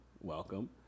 welcome